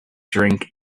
drink